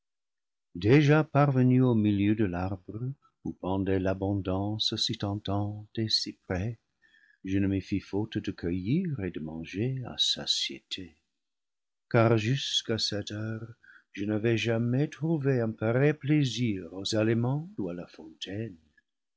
déjà par venu au milieu de l'arbre où pendait l'abondance si tentante et si près je ne me fis faute de cueillir et de manger à satiété car jusqu'à cette heure je n'avais jamais trouvé un pareil plai sir aux aliments ou à la fontaine